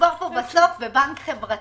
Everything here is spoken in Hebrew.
מדובר פה בסוף בבנק חברתי,